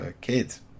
kids